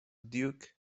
duke